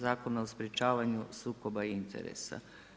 Zakona o sprječavanju sukoba interesa.